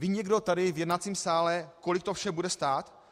Ví někdo tady v jednacím sále, kolik to vše bude stát?